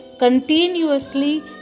continuously